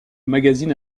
magazine